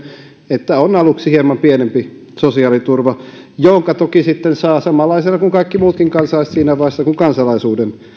että on aluksi hieman pienempi sosiaaliturva jonka toki sitten saa samanlaisena kuin kaikki muutkin kansalaiset siinä vaiheessa kun kansalaisuuden